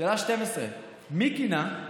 שאלה 12: מי כינה,